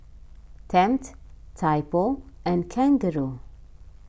Tempt Typo and Kangaroo